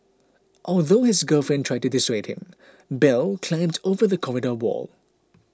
although his girlfriend tried to dissuade him Bell climbed over the corridor wall